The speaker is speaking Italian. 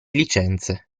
licenze